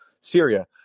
Syria